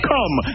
Come